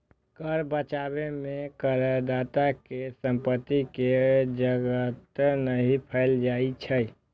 कर बचाव मे करदाता केर संपत्ति कें जब्त नहि कैल जाइ छै